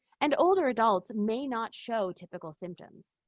and older adults may not show typical symptoms.